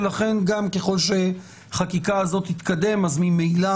ולכן גם ככל שהחקיקה הזאת תתקדם אז ממילא